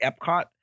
Epcot